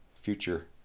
future